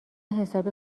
حسابی